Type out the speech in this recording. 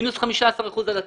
מינוס 15% על התיק.